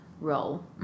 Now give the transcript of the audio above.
role